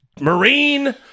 Marine